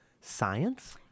science